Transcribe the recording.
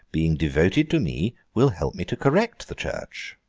being devoted to me, will help me to correct the church.